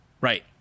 Right